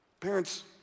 Parents